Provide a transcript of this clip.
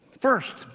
First